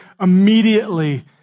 immediately